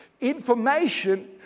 Information